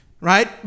Right